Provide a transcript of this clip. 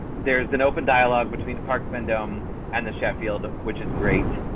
there's an open dialogue between the park vendome and the sheffield, which is great.